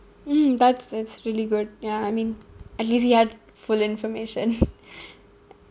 mm that's it's really good ya I mean at least he had full information